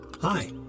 Hi